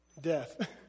Death